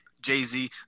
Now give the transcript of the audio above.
jay-z